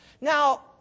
Now